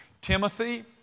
Timothy